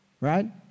right